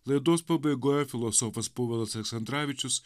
laidos pabaigoje filosofas povilas aleksandravičius